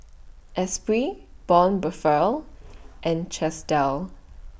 Esprit Braun Buffel and Chesdale